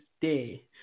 Day